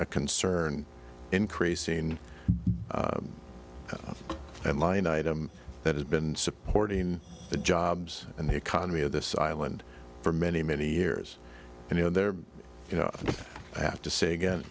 concern increasing and line item that has been supporting the jobs and the economy of this island for many many years and you know there you know i have to say again